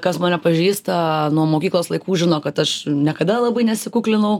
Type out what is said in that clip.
kas mane pažįsta nuo mokyklos laikų žino kad aš niekada labai nesikuklinau